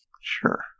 Sure